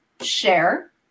share